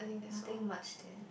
nothing much there